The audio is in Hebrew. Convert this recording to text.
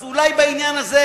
אז אולי בעניין הזה,